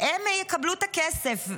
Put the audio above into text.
יקבלו את הכסף.